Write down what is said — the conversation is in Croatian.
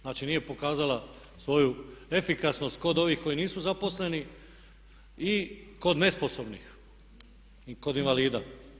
Znači nije pokazala svoju efikasnost kod ovih koji nisu zaposleni i kod nesposobnih i kod invalida.